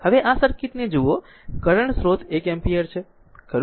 હવે આ સર્કિટ જુઓ કરંટ સ્રોત એક એમ્પીયર છે ખરું